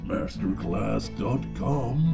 Masterclass.com